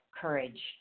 courage